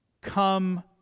come